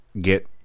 get